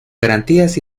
garantías